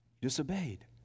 disobeyed